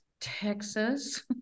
Texas